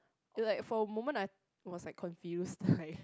uh like for a moment I was like confused like